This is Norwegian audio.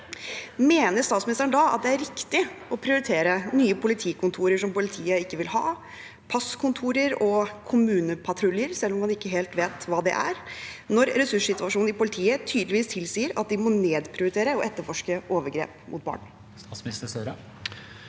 Mener statsministeren det er riktig å prioritere nye politikontor, som politiet ikke vil ha, passkontor og kommunepatruljer – selv om man ikke helt vet hva det er – når ressurssituasjonen i politiet tydeligvis tilsier at de må nedprioritere det å etterforske overgrep mot barn? Statsminister Jonas